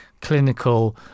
clinical